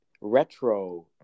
retro